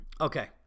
Okay